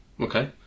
Okay